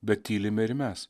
bet tylime ir mes